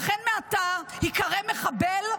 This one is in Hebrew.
לכן מעתה ייקרא מחבל,